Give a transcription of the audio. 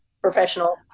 professional